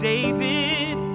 David